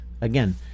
again